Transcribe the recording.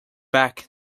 back